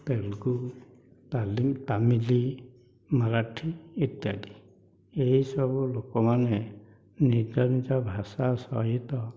ତେଲଗୁ ତାଲିମ ତାମିଲି ମରାଠି ଇତ୍ୟାଦି ଏହିସବୁ ଲୋକମନେ ନିଜ ନିଜ ଭାଷା ସହିତ